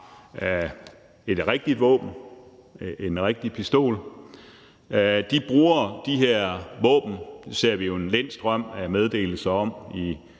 et rigtigt våben, en rigtig pistol. De bruger de her våben – det ser vi jo en lind strøm af meddelelser om i